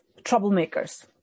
troublemakers